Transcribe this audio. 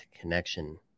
connection